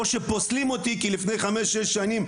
או שפוסלים אותי כי לפני חמש שש שנים,